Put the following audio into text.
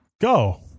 Go